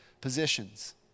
positions